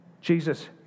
Jesus